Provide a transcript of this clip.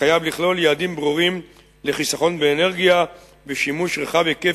וחייב לכלול יעדים ברורים לחיסכון באנרגיה ולשימוש רחב היקף,